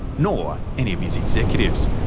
nor any of his executives.